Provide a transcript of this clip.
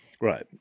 right